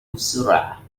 بسرعة